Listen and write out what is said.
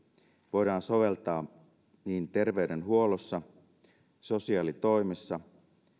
voidaan soveltaa terveydenhuollossa sosiaalitoimessa